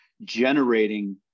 generating